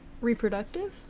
Reproductive